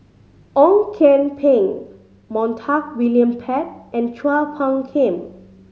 Ong Kian Peng Montague William Pett and Chua Phung Kim